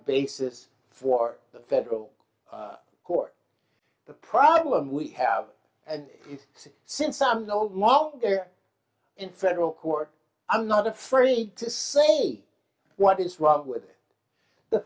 basis for the federal court the problem we have and since i'm no mo there in federal court i'm not afraid to say what is wrong with the